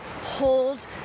hold